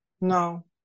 No